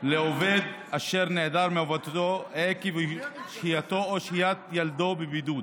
לעובד אשר נעדר מעבודתו עקב שהייתו או שהיית ילדו בבידוד